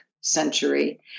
century